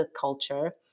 culture